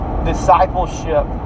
discipleship